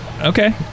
Okay